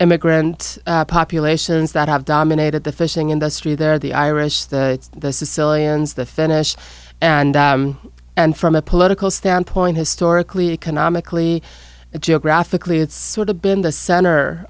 immigrant populations that have dominated the fishing industry there the irish the the silly and the finnish and and from a political standpoint historically economically geographically it's sort of been the center